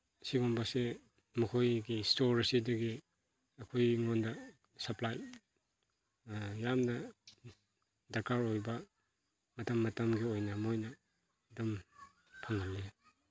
ꯑꯁꯤꯒꯨꯝꯕꯁꯦ ꯃꯈꯣꯏꯒꯤ ꯏꯁꯇꯣꯔ ꯑꯁꯤꯗꯒꯤ ꯑꯩꯈꯣꯏꯉꯣꯟꯗ ꯁꯞꯄ꯭ꯂꯥꯏ ꯌꯥꯝꯅ ꯗꯔꯀꯥꯔ ꯑꯣꯏꯕ ꯃꯇꯝ ꯃꯇꯝꯒꯤ ꯑꯣꯏꯅ ꯃꯣꯏꯅ ꯑꯗꯨꯝ ꯐꯪꯍꯜꯂꯤ